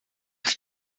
oil